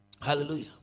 Hallelujah